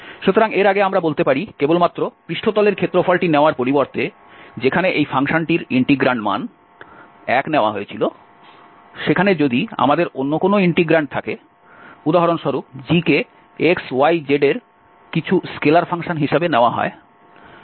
সুতরাং এর আগে আমরা বলতে পারি কেবলমাত্র পৃষ্ঠতলের ক্ষেত্রফলটি নেওয়ার পরিবর্তে যেখানে এই ফাংশনটির ইন্টিগ্র্যান্ড মান 1 নেওয়া হয়েছিল সেখানে যদি আমাদের অন্য কোনও ইন্টিগ্র্যান্ড থাকে উদাহরণস্বরূপ g কে x y z এর কিছু স্কেলার ফাংশন হিসাবে নেওয়া হয়